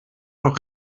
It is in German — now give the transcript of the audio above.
noch